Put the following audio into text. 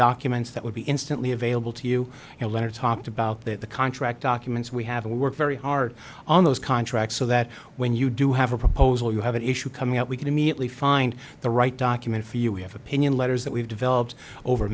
documents that would be instantly available to you and a letter talked about that the contract documents we have worked very hard on those contracts so that when you do have a proposal you have an issue coming out we can immediately find the right document if you have opinion letters that we've developed over